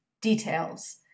details